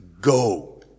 go